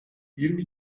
yirmi